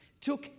took